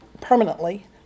permanently